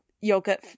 yogurt